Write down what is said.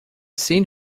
seen